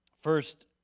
First